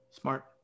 smart